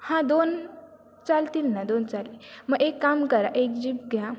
हां दोन चालतील ना दोन चालतील मग एक काम करा एक जीप घ्या